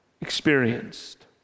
experienced